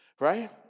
right